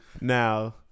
Now